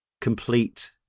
complete